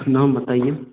नाम बताइए